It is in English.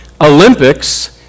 Olympics